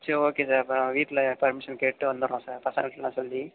சரி okay sir அப்போ நான் வீட்டில் பர்மிஷன் கேட்டு வந்துடுறோம் சார் பசங்கள்ட்டலாம் சொல்லி